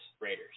Raiders